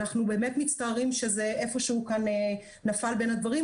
אנחנו באמת מצטערים שזה נפל איפשהו בין הכיסאות,